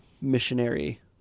missionary